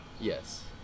Yes